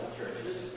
churches